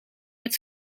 met